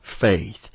faith